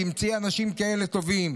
תמצאי אנשים כאלה טובים,